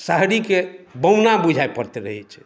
शहरीके बौना बुझाए पड़ैत रहैत छै